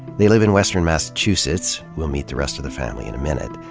they live in western massachusetts we'll meet the rest of the family in a minute.